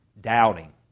doubting